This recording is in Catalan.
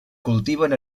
cultiven